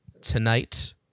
tonight